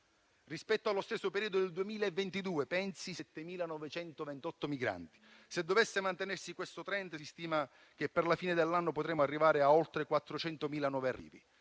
rispetto allo stesso periodo del 2022 (7.928 migranti). Se dovesse mantenersi questo *trend,* si stima che per la fine dell'anno potremmo arrivare a oltre 400.000 nuovi arrivi.